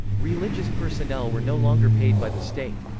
religious personnel were no longer paid by the state.